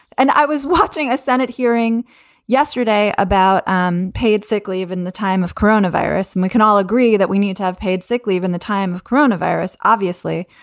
and i was watching a senate hearing yesterday about um paid sick leave in the time of corona virus. and we can all agree that we need to have paid sick leave in the time of corona virus, obviously.